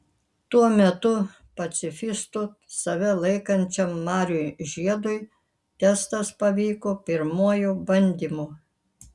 tuo metu pacifistu save laikančiam marijui žiedui testas pavyko pirmuoju bandymu